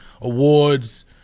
awards